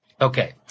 Okay